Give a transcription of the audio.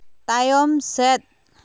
ᱛᱟᱭᱚᱢ ᱥᱮᱫ